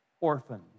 orphans